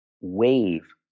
wave